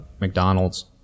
McDonald's